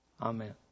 Amen